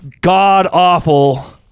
god-awful